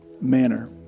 manner